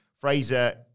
Fraser